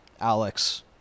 Alex